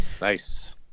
Nice